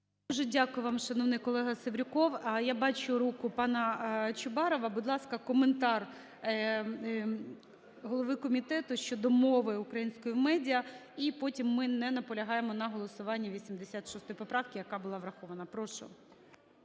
дякую вам, шановний колега Севрюков. Я бачу руку пана Чубарова. Будь ласка, коментар голови комітету щодо мови української в медіа, і потім ми не наполягаємо на голосуванні 86 поправки, яка була врахована. Прошу.